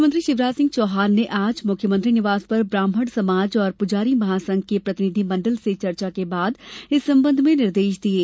मुख्यमंत्री शिवराज सिंह चौहान ने आज मुख्यमंत्री निवास पर ब्राहमण समाज और पुजारी महासंघ के प्रतिनिधि मंडल से चर्चा के बाद इस संबंध में निर्देश दिये